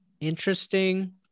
interesting